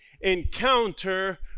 encounter